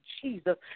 jesus